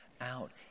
out